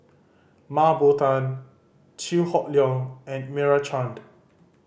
Mah Bow Tan Chew Hock Leong and Meira Chand